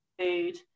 food